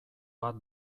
bat